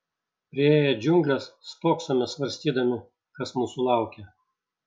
priėję džiungles spoksome svarstydami kas mūsų laukia